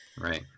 Right